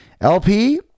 LP